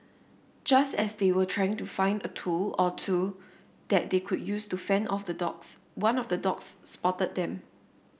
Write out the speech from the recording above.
just as they were trying to find a tool or two that they could use to fend off the dogs one of the dogs spotted them